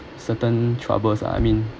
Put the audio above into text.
certain troubles ah I mean